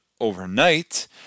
overnight